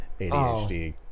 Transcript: ADHD